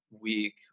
week